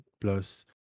plus